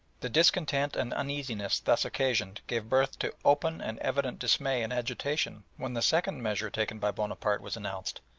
the discontent and uneasiness thus occasioned gave birth to open and evident dismay and agitation when the second measure taken by bonaparte was announced.